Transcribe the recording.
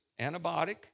antibiotic